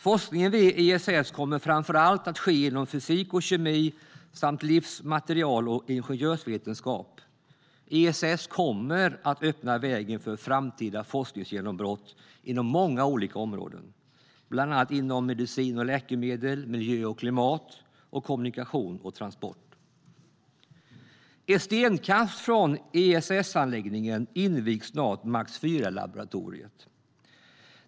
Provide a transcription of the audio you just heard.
Forskningen vid ESS kommer framför allt att ske inom fysik och kemi samt livs, material och ingenjörsvetenskap. ESS kommer att öppna vägen för framtida forskningsgenombrott inom många olika områden, bland annat inom medicin och läkemedel, miljö och klimat och kommunikation och transport. Ett stenkast från ESS-anläggningen invigs snart MAX IV-laboratoriet.